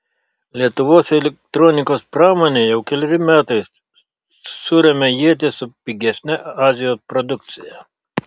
lietuvos elektronikos pramonė jau keleri metai suremia ietis su pigesne azijos produkcija